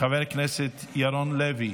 חבר הכנסת ירון לוי,